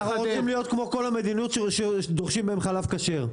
אנחנו רוצים להיות כמו כל המדינות שדורשים מהן חלב כשר.